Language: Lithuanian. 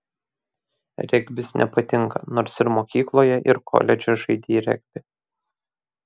regbis nepatinka nors ir mokykloje ir koledže žaidei regbį